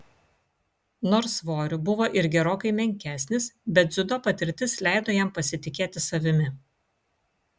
nors svoriu buvo ir gerokai menkesnis bet dziudo patirtis leido jam pasitikėti savimi